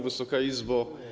Wysoka Izbo!